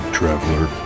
traveler